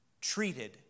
treated